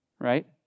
Right